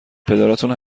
پدراتون